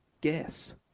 Guess